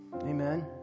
Amen